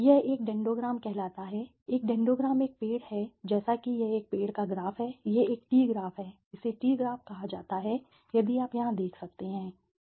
यह एक डेंडोग्राम कहलाता है एक डेंडोग्राम एक पेड़ है जैसे कि यह एक पेड़ का ग्राफ है यह एक ट्री ग्राफ है इसे ट्री ग्राफ कहा जाता है यदि आप यहां देख सकते हैं ट्री ग्राफ